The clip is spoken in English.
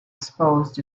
exposed